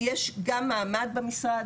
יש גם מעמד במשרד,